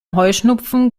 heuschnupfen